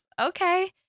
Okay